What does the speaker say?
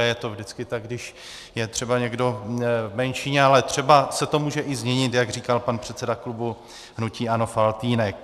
Je to vždycky tak, když je někdo v menšině, ale třeba se to může i změnit, jak říkal pan předseda klubu hnutí ANO Faltýnek.